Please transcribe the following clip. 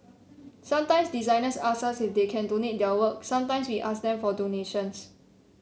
sometimes designers ask us if they can donate their work sometimes we ask them for donations